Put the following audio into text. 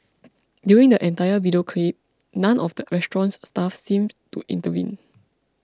during the entire video clip none of the restaurant's staff seemed to intervene